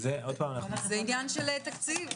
זה עניין של תקציב,